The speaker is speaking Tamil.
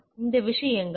எனவே இந்த விஷயங்கள்